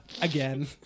again